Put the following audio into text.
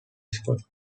scott